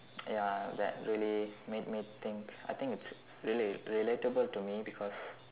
ya that really made me think I think it's really relatable to me because